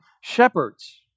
shepherds